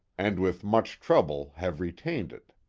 and with much trouble have retained it.